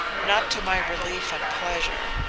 not to my relief and pleasure.